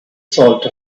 salt